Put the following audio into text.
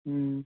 ꯎꯝ